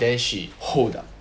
then she hold up